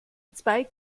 zwei